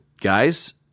guys